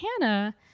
Hannah